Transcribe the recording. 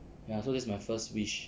ya so that's my first wish